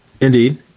Indeed